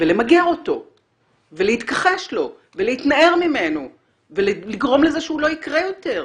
ולמגר אותו ולהתכחש לו ולהתנער ממנו ולגרום לזה שהוא לא יקרה יותר.